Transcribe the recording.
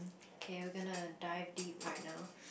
okay we are gonna dive deep right now